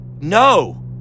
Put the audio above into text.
No